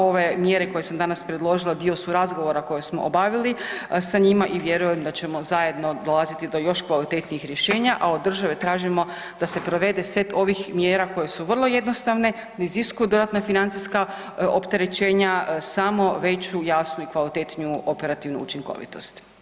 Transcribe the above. Ove mjere koje sam danas predložila dio su razgovora koje smo obavili sa njima i vjerujem da ćemo zajedno dolaziti do još kvalitetnih rješenja, a od države tražimo da se provede set ovih mjera koje su vrlo jednostavne, ne iziskuju dodatna financijska opterećenja samo veću, jasnu i kvalitetniju operativnu učinkovitost.